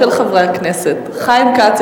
של חברי הכנסת חיים כץ,